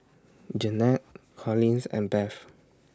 Jeanne Collins and Bev